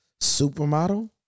Supermodel